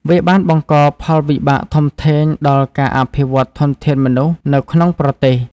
វាបានបង្កផលវិបាកធំធេងដល់ការអភិវឌ្ឍន៍ធនធានមនុស្សនៅក្នុងប្រទេស។